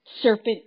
serpent